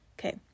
Okay